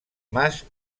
mas